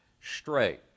straight